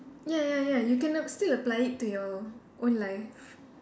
ya ya ya you can still apply it to your own life